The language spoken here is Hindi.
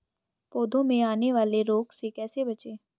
पौधों में आने वाले रोग से कैसे बचें?